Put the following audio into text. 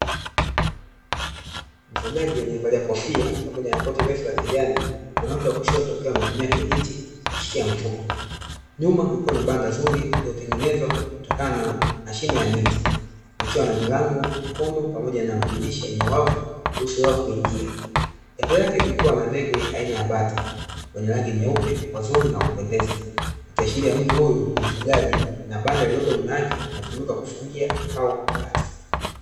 Mfugaji aliye valia kofia pamoja na koti refu la kijani, mkono wake wa kushoto ukiwa umeshikilia kijiti kushikia mfuko nyuma kukiwa na banda zuri, lililotengenezwa kutokana na mashine ya miti ikiwa na milango mekundu pamoja na madirisha yenye wavu kuruhusu hewa kuningia, mbele yake kukiwa na ndege aina ya bata wa rangi nyeupe wazuri na kupendeza wakiashiria mtu huyu ni mfugaji na banda lililoponyuma yake linatumika kufugia hao bata.